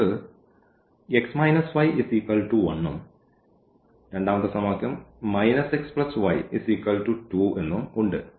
നമുക്ക് ഇപ്പോൾ x y 1 ഉം രണ്ടാമത്തെ സമവാക്യം x y 2 ഉം ഉണ്ട്